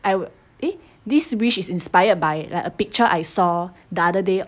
I would eh this wish is inspired by like a picture I saw the other day